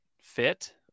fit